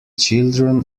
children